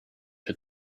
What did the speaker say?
had